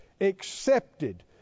accepted